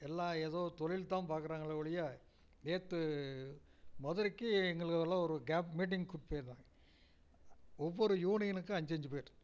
எல்லாம் ஏதோ தொழில் தான் பார்க்குறாங்களே ஒழிய நேற்று மதுரைக்கு எங்களையெல்லாம் ஒரு கேப் மீட்டிங் கூப்ட்டு போய்ருந்தாங்க ஒவ்வொரு யூனியனுக்கும் அஞ்சு அஞ்சு பேர்